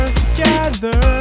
together